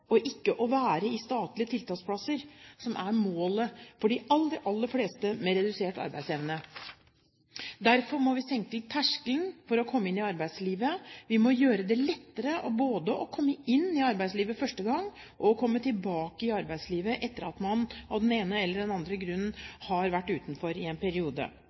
ikke det å være i statlige tiltaksplasser – som er målet for de aller, aller fleste med redusert arbeidsevne. Derfor må vi senke terskelen for å komme inn i arbeidslivet, vi må gjøre det lettere både å komme inn i arbeidslivet første gang og å komme tilbake i arbeidslivet etter at man – av den ene aller den andre grunnen – har vært utenfor i en periode.